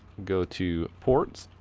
go to ports,